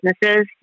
businesses